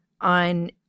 on